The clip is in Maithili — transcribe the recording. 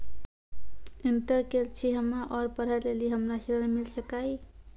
इंटर केल छी हम्मे और पढ़े लेली हमरा ऋण मिल सकाई?